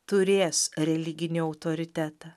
turės religinį autoritetą